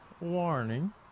warning